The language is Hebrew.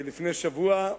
לפני שבוע,